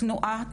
כנועה,